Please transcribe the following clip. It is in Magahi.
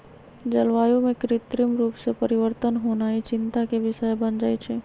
जलवायु में कृत्रिम रूप से परिवर्तन होनाइ चिंता के विषय बन जाइ छइ